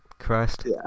Christ